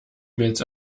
mails